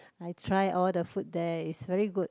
I try all the food there is very good